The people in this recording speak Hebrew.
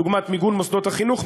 דוגמת מיגון מוסדות החינוך,